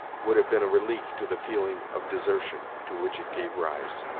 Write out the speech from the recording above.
would have been a relief to the feeling of desertion to which it gave rise.